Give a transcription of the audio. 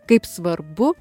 kaip svarbu